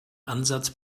ansatz